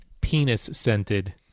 penis-scented